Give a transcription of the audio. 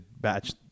batch